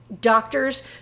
doctors